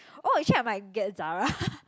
oh actually I might get Zara